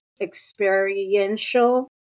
experiential